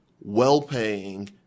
well-paying